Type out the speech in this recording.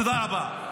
תודה רבה.